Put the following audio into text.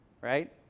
Right